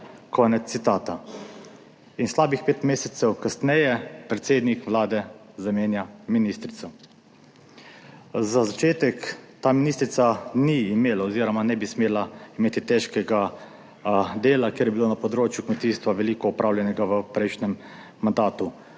In slabih pet mesecev kasneje predsednik Vlade zamenja ministrico. Za začetek, ta ministrica ni imela oziroma ne bi smela imeti težkega dela, ker je bilo na področju kmetijstva veliko opravljenega v prejšnjem mandatu.